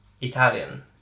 Italian